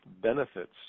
benefits